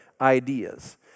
ideas